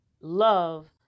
love